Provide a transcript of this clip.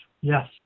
yes